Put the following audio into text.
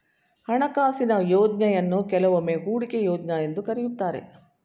ಹಣಕಾಸಿನ ಯೋಜ್ನಯನ್ನು ಕೆಲವೊಮ್ಮೆ ಹೂಡಿಕೆ ಯೋಜ್ನ ಎಂದು ಕರೆಯುತ್ತಾರೆ